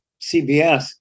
CBS